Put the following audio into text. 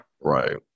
right